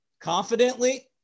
confidently